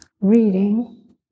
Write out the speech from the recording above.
reading